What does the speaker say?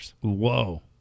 Whoa